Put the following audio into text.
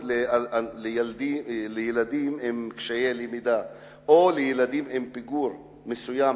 לילדים עם קשיי למידה או לילדים עם פיגור מסוים,